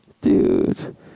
Dude